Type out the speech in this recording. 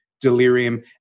delirium